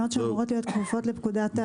אלה תקנות שאמורות להיות כפופות לפקודת העיריות.